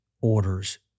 orders